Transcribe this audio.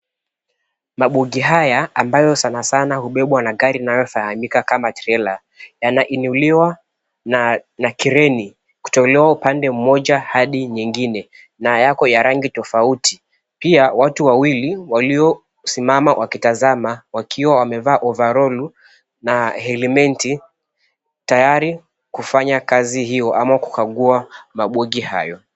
MaboGi haya ambayo sana sana hubebwa na gari inayofahamika kama trela, yanainuliwa na kreni kutolewa upande mmoja hadi nyingine na yako ya rangi tofauti. Pia watu wawili waliosimama wakitazima wakiwa wamevaa overall na helmeti tayari kufanya kazi hiyo ama kukaguwa mabogi hayo.